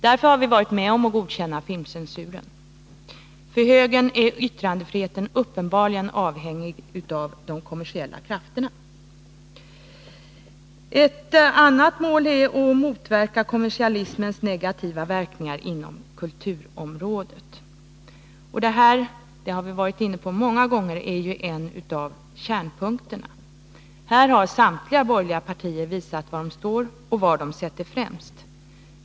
Därför har vi också varit med om att godkänna filmcensuren. Från högern är yttrandefriheten uppenbarligen avhängig av de kommersiella krafterna. Ett annat mål är att motverka kommersialismens negativa verkningar inom kulturområdet. Detta är — det har vi varit inne på många gånger — en av kärnpunkterna. Här har samtliga borgerliga partier visat var de står och vad de sätter främst.